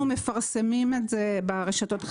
אנחנו מפרסמים את זה ברשתות החברתיות.